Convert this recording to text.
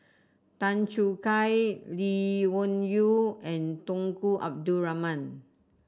Tan Choo Kai Lee Wung Yew and Tunku Abdul Rahman